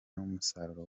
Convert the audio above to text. n’umusaruro